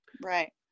Right